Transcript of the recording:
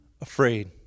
afraid